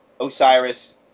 Osiris